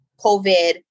COVID